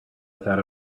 without